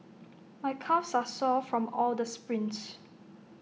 my calves are sore from all the sprints